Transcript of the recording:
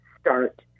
start